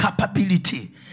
capability